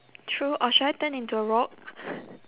true or should I turn into a rock